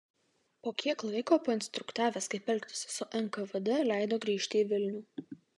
po kiek laiko painstruktavęs kaip elgtis su nkvd leido grįžti į vilnių